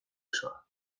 osoa